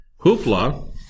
Hoopla